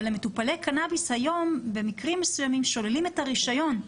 אבל למטופלי קנאביס היום במקרים מסוימים שוללים את הרישיון,